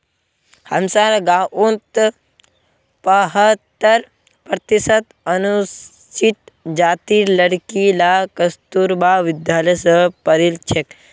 हमसार गांउत पछहत्तर प्रतिशत अनुसूचित जातीर लड़कि ला कस्तूरबा विद्यालय स पढ़ील छेक